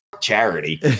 charity